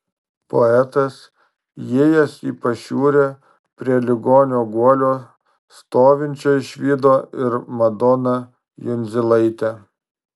poetas įėjęs į pašiūrę prie ligonio guolio stovinčią išvydo ir madoną jundzilaitę